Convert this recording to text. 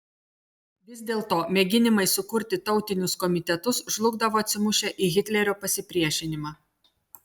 vis dėlto mėginimai sukurti tautinius komitetus žlugdavo atsimušę į hitlerio pasipriešinimą